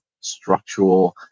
structural